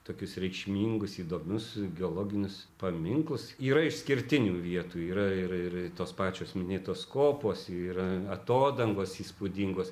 tokius reikšmingus įdomius geologinius paminklus yra išskirtinių vietų yra ir ir tos pačios minėtos kopos yra atodangos įspūdingos